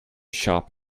shop